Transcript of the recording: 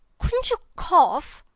couldn't you cough?